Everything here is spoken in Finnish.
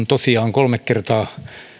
tosiaan kolme kertaa